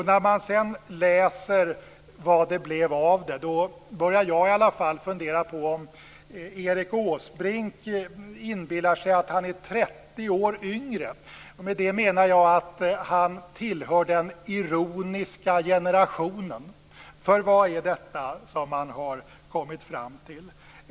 När jag sedan läser vad det blev av det hela börjar jag fundera över om Erik Åsbrink inbillar sig att han är 30 år yngre och tillhör den ironiska generationen. Vad är det som han har kommit fram till?